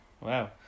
Wow